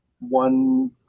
one